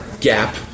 Gap